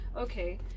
okay